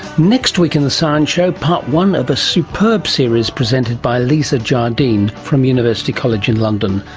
next week in the science show part one of a superb series presented by lisa jardine, from university college in london,